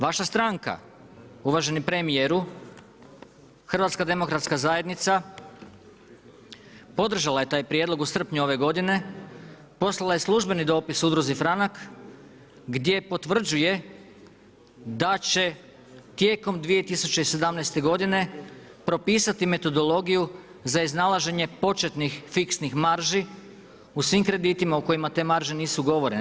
Vaša stranka, uvaženi premijeru, HDZ podržala je taj prijedlog u srpnju ove godine, poslala je službeni dopis Udruzi Franak gdje potvrđuje da će tijekom 2017. godine propisati metodologiju za iznalaženje početnih fiksnih marži u svim kreditima u kojima te marže nisu ugovorene.